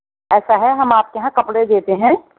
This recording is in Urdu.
ایسا ہے ہم آپ کے یہاں کپڑے دیتے ہیں